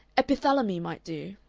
epithalamy might do.